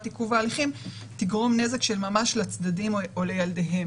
עיכוב ההליכים תגרום נזק של ממש לצדדים או לילדיהם.